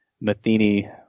Matheny